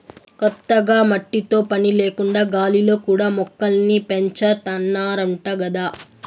కొత్తగా మట్టితో పని లేకుండా గాలిలో కూడా మొక్కల్ని పెంచాతన్నారంట గదా